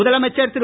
முதலமைச்சர் திரு